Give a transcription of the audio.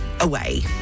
away